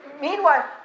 meanwhile